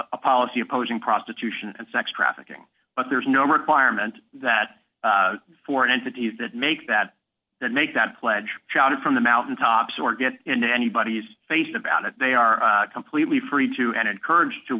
a policy opposing prostitution and sex trafficking but there's no requirement that foreign entities that make that that make that pledge shouted from the mountaintops or get into anybody's face about it they are completely free to and encouraged to